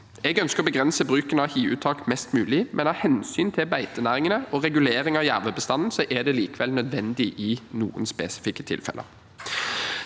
Jeg ønsker å begrense bruken av hiuttak mest mulig, men av hensyn til beitenæringene og regulering av jervebestanden er det likevel nødvendig i noen spesifikke tilfeller.